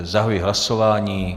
Zahajuji hlasování.